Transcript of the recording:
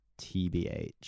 TBH